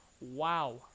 Wow